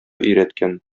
өйрәткән